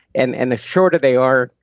and and the shorter they are,